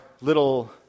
little